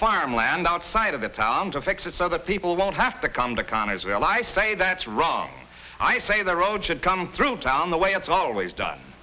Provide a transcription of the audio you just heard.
farmland outside of the town to fix it so that people won't have to come to comment well i say that's wrong i say the road should come through town the way it's always done